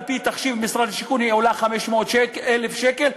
על-פי תחשיב משרד השיכון היא עולה 500,000 שקל,